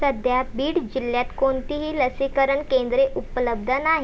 सध्या बीड जिल्ह्यात कोणतीही लसीकरण केंद्रे उपलब्ध नाही